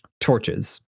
torches